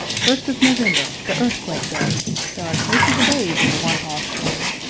first of november the earthquake-day there are traces of age in the one-hoss-shay,